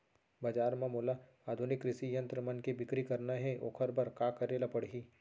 बजार म मोला आधुनिक कृषि यंत्र मन के बिक्री करना हे ओखर बर का करे ल पड़ही?